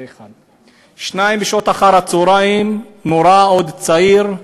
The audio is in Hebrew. זה, 1. 2. בשעות אחר-הצהריים נורה עוד צעיר,